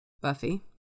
Buffy